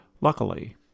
Luckily